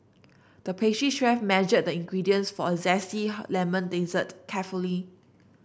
the pastry chef measured the ingredients for a zesty lemon dessert carefully